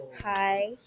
Hi